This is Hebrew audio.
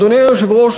אדוני היושב-ראש,